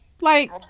Like-